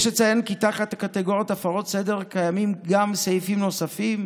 יש לציין כי תחת הקטגוריות הפרות סדר קיימים גם סעיפים נוספים,